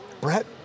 Brett